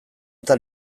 eta